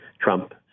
trump